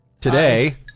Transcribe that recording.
Today